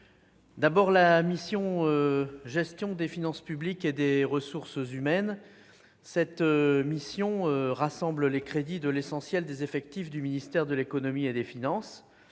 d'abord la mission « Gestion des finances publiques et des ressources humaines », qui rassemble les crédits de l'essentiel des effectifs du ministère de l'économie et des finances.